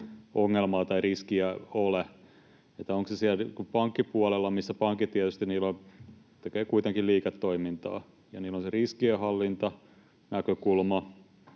ongelmaa tai riskiä ei ole. Onko se siellä pankkipuolella? Pankit tietysti tekevät kuitenkin liiketoimintaa, ja niillä on se riskienhallintanäkökulma,